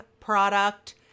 product